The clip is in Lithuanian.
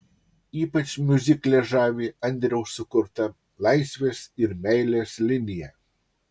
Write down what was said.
ypač miuzikle žavi andriaus sukurta laisvės ir meilės linija